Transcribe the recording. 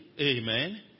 Amen